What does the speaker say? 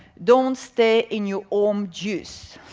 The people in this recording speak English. don't stay in your own juice.